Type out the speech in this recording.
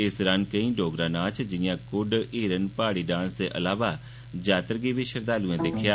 इस दरान केंई डोगरा नाच जिआं कुड्ड हिरन प्हाड़ी डांस दे अलावा जात्तर गी बी श्रद्वालुएं दिक्खेआ